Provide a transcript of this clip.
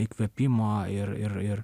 įkvėpimo ir ir ir